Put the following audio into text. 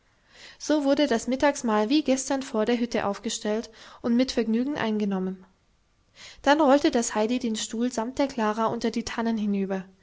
so wurde das mittagsmahl wie gestern vor der hütte aufgestellt und mit vergnügen eingenommen dann rollte das heidi den stuhl samt der klara unter die tannen hinüber